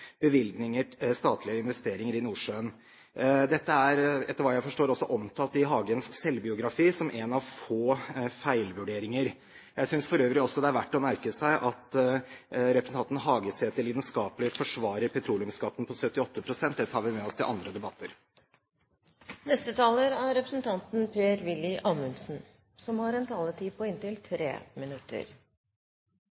statlige investeringer i Nordsjøen. Etter hva jeg forstår, er dette også omtalt i Hagens biografi som én av få feilvurderinger. Jeg synes for øvrig det også er verdt å merke seg at representanten Hagesæter lidenskapelig forsvarer petroleumsskatten på 78 pst. Det tar vi med oss til andre debatter. Det er nesten litt vittig å registrere hvor interessert enkelte representanter er i ord som